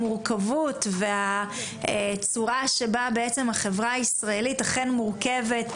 המורכבות והצורה שבה החברה הישראלית מורכבת,